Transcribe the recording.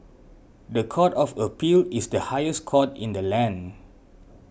the Court of Appeal is the highest court in the land